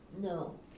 No